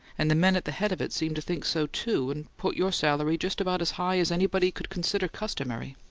and the men at the head of it seem to think so, too, and put your salary just about as high as anybody could consider customary